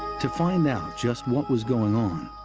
to find out just what was going on,